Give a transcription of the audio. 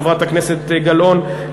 חברת הכנסת גלאון,